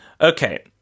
Okay